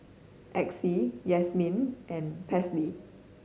Exie Yazmin and Paisley